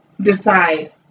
decide